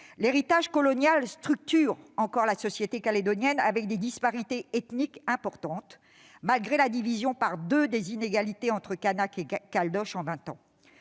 L'héritage colonial structure encore la société calédonienne avec des disparités ethniques importantes, malgré la division par deux des inégalités entre Kanaks et Caldoches en vingt ans.